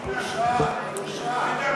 בושה, בושה.